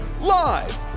live